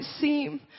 seem